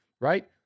Right